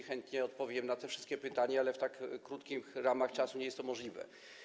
Chętnie odpowiem na te wszystkie pytania, ale w ramach tak krótkiego czasu nie jest to możliwe.